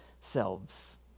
selves